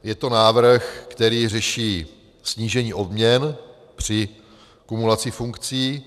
Je to návrh, který řeší snížení odměn při kumulaci funkcí.